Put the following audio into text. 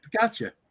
gotcha